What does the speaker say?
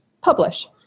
publish